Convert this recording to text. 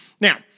Now